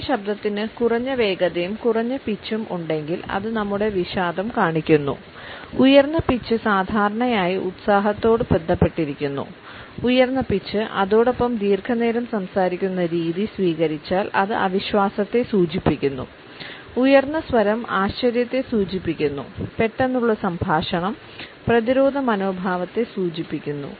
നമ്മുടെ ശബ്ദത്തിന് കുറഞ്ഞ വേഗതയും കുറഞ്ഞ പിച്ചും ഉണ്ടെങ്കിൽ അത് നമ്മുടെ വിഷാദം കാണിക്കുന്നു ഉയർന്ന പിച്ച് സാധാരണയായി ഉത്സാഹത്തോട് ബന്ധപ്പെട്ടിരിക്കുന്നു ഉയർന്ന പിച്ച് അതോടൊപ്പം ദീർഘനേരം സംസാരിക്കുന്ന രീതി സ്വീകരിച്ചാൽ അത് അവിശ്വാസത്തെ സൂചിപ്പിക്കുന്നു ഉയർന്ന സ്വരം ആശ്ചര്യത്തെ സൂചിപ്പിക്കുന്നുപെട്ടെന്നുള്ള സംഭാഷണം പ്രതിരോധ മനോഭാവത്തെ സൂചിപ്പിക്കുന്നു